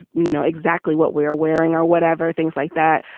you know, exactly what we're wearing or whatever, things like that.